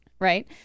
right